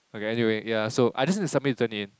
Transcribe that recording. okay anyway ya so I just need to submit to Turnitin